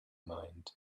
mind